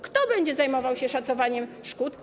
Kto będzie zajmował się szacowaniem szkód?